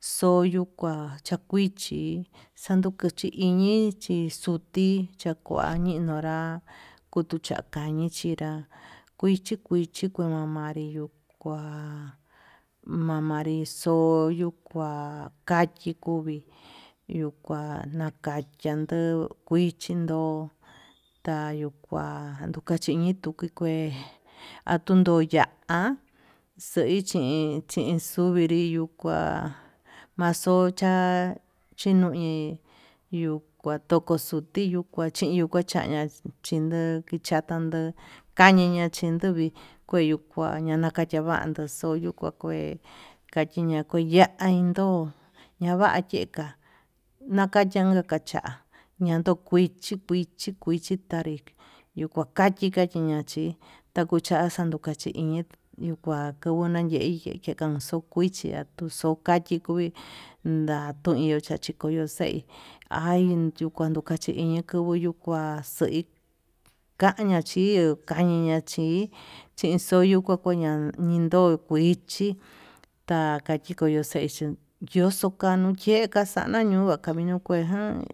Xoyukua takuichi xando chiñichi xo'o tichakua chiñonrá kutuu chakañi chinrá, kuichi kuchi kuu mamanri yo'o kua mamanri xoyu kua kayi kuvii yuu kua nakayan ndeguo kuichin do'o tayuu kuan ndukachi iñi tuki kue atun nduu ya'a xoin chi ndiyuvinri yuu kua maxocha chiñuñi, yuu kua xoto chi nimachi yuu kua chaña chindoki chatando kañiña chinduvi kue yuu kua nakachivando toyuka kué, kachiña kue ya'a indo'o ña'a va'a yeka nakachenka kacha'a ñandon kuichi kuchi kuichi tanri yuu kua kachi kachiñachi, yakucha xanduu kachiñi yuu kua kandu ñayei xukixhi axu kachi kui yatuya naxhikoyo xeí hay yuu kuachu kayuu iñi kubuu, yukuu kua xeí kaña chiu kañaña chí chixoyo kuakuñan ñin ndo kuichi ta'a kaxi koyo xeí chun yoxo kanuu yeguo, kaxana yunga kaxino kuegan